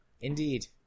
Indeed